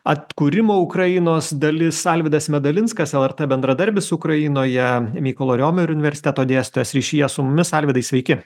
atkūrimo ukrainos dalis alvydas medalinskas lrt bendradarbis ukrainoje mykolo riomerio universiteto dėstytojas ryšyje su mumis alvydai sveiki